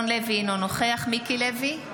אינו נוכח מיקי לוי,